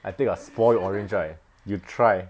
I take a spoil orange right you try